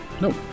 No